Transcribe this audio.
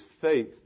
faith